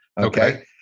Okay